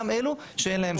גם אילו שאין להם שב"ן.